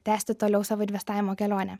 tęsti toliau savo investavimo kelionę